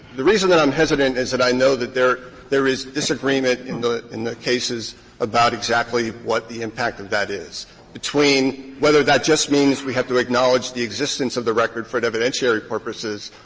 the reason that i'm hesitant is that i know that there there is disagreement in the in the cases about exactly what the impact of that is between whether that just means we have to acknowledge the existence of the record for the evidentiary purposes,